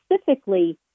specifically